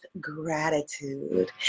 gratitude